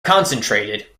concentrated